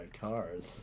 cars